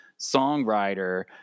songwriter